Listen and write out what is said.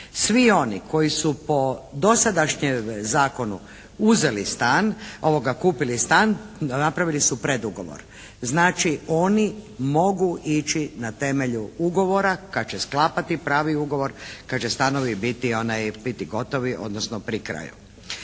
Svi oni koji su po dosadašnjem zakonu uzeli stan, kupili stan napravili su pred ugovor. Znači, oni mogu ići na temelju ugovora kad će sklapati pravi ugovor, kad će stanovi biti gotovi odnosno pri kraju.